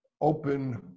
open